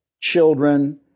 children